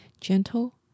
gentle